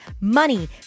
money